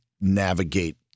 navigate